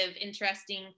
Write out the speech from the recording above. interesting